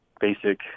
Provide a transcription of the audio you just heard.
basic